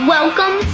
Welcome